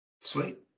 Sweet